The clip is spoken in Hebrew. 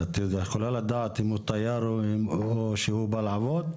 את יכולה לדעת אם הוא תייר או שהוא בא לעבוד?